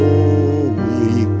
Holy